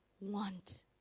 want